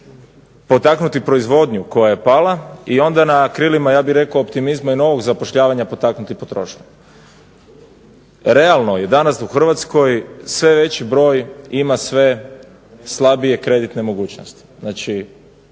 potaknuti proizvodnju koja je pala i onda na krilima ja bih rekao optimizma i novog zapošljavanja potaknuti potrošnju. Realno je danas u Hrvatskoj sve veći broj ima sve slabije kreditne mogućnosti.